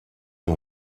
com